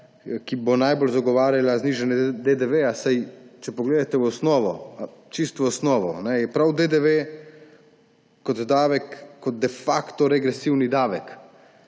ki bo najbolj zagovarjala znižanje DDV. Saj če pogledate v osnovo, čisto v osnovo, je prav DDV kot davek de facto regresivni davek,